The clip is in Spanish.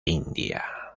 india